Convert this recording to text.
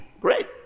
great